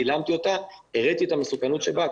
צילמתי אותה והראיתי את המסוכנות שבה.